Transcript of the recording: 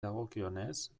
dagokionez